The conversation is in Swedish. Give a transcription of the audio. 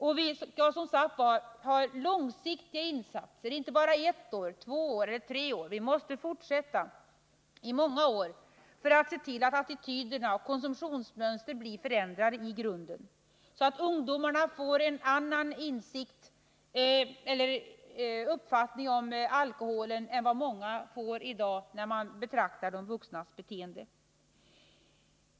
Och vi skall som sagt arbeta med långsiktiga insatser, inte bara med insatser för ett, två eller tre år, utan vi måste fortsätta i många år för att se till att attityder och konsumtionsmönster förändras i grunden, så att ungdomarna får en annan uppfattning om alkoholen än vad många i dag får när de betraktar de vuxnas beteende.